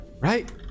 Right